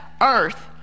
earth